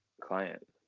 client